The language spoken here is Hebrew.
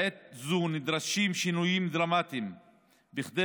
בעת הזו נדרשים שינויים דרמטיים כדי